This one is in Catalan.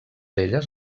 elles